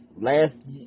last